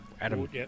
Adam